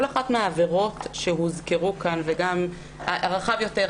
כל אחת מהעבירות שהוזכרו כאן וגם הרחב יותר,